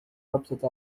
ربطة